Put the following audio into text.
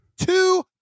two